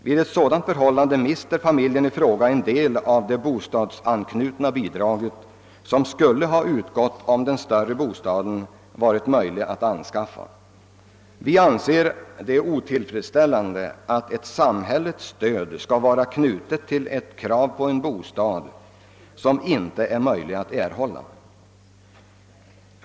Vid ett sådant förhållande mister familjen i fråga den del av det bostadsanknutna bidraget som skulle ha utgått om den större bostaden hade kunnat anskaffas. Vi anser det vara otillfredsställande att ett samhälleligt stöd är knutet till krav på en bostad som inte kan erhållas.